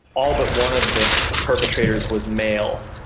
all but one of the perpetrators was male.